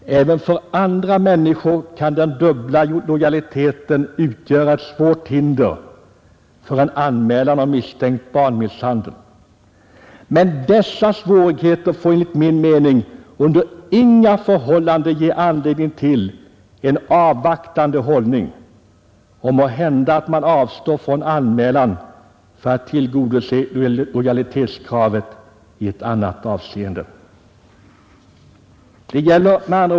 Även för andra människor kan den dubbla lojaliteten utgöra ett svårt hinder för en anmälan om misstänkt barnmisshandel. Men dessa svårigheter får enligt min mening under inga förhållanden ge anledning till en avvaktande hållning så att man måhända avstår från anmälan för att tillgodose lojalitetskravet i annat avseende.